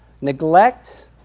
neglect